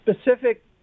Specific